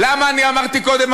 למה אמרתי קודם,